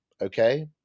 okay